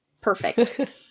perfect